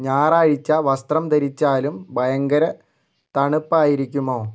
ഞായറാഴ്ച വസ്ത്രം ധരിച്ചാലും ഭയങ്കര തണുപ്പായിരിക്കുമോ